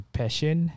passion